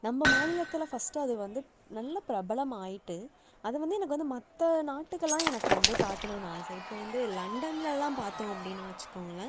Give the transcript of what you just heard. நம்ம மாநிலத்தில் ஃபஸ்ட்டு அது வந்து நல்ல பிரபலம் ஆகிட்டு அதை வந்து எனக்கு வந்து மற்ற நாட்டுக்கெல்லாம் எனக்கு வந்து காட்டணுன்னு ஆசை இப்போ வந்து லண்டன்லலாம் பார்த்தோம் அப்படின்னா வச்சுக்கோங்களேன்